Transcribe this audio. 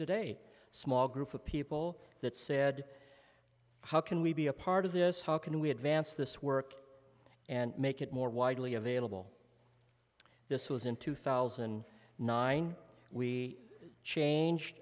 today small group of people that said how can we be a part of this how can we advance this work and make it more widely available this was in two thousand and nine we changed